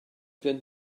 gen